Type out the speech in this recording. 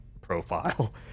profile